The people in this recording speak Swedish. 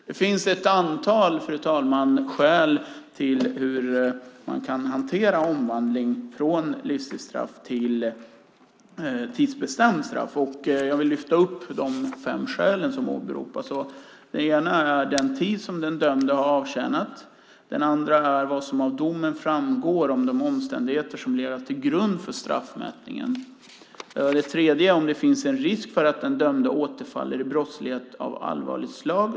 Det finns ett antal skäl, fru talman, till hur man kan hantera omvandling från livstidsstraff till tidsbestämt straff. Jag vill lyfta upp de fem skäl som åberopas. Det ena är den tid som den dömde har avtjänat. Det andra är vad som av domen framgår om de omständigheter som legat till grund för straffmätningen. Det tredje är om det finns en risk för att den dömde återfaller i brottslighet av allvarligt slag.